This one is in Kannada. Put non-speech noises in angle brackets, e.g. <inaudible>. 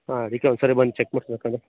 ಹಾಂ ಅದಕ್ಕೆ ಒಂದ್ಸರಿ ಬಂದು ಚೆಕ್ ಮಾಡ್ಸ್ಬೇಕು <unintelligible>